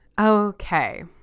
Okay